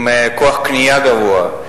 עם כוח קנייה גבוה.